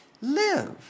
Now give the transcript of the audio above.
Live